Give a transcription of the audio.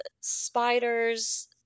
spiders